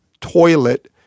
toilet